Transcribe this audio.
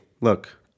look